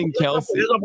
Kelsey